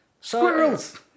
squirrels